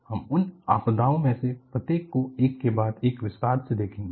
हम इन आपदाओं में से प्रत्येक को एक के बाद एक विस्तार में देखेंगे